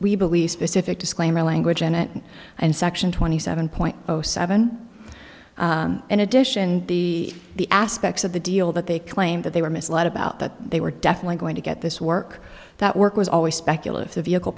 we believe specific disclaimer language in it and section twenty seven point zero seven in addition the the aspects of the deal that they claim that they were misled about that they were definitely going to get this work that work was always speculative the vehicle